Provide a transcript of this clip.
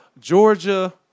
Georgia